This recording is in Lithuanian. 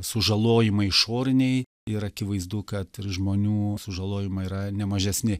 sužalojimai išoriniai ir akivaizdu kad žmonių sužalojimai yra nemažesni